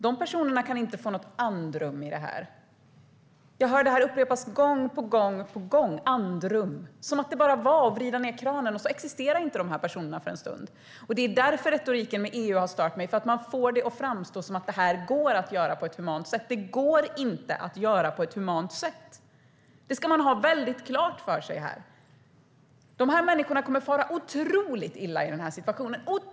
De personerna kan inte få något andrum i detta. Jag hör detta upprepas gång på gång: Andrum. Som om det bara var att vrida ned kranen, och så existerar inte dessa personer för en stund! Det är därför retoriken med EU har stört mig. Man får det att framstå som om detta går att göra på ett humant sätt. Det går inte! Det ska man ha väldigt klart för sig här. Dessa människor kommer att fara otroligt illa i den här situationen.